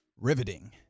riveting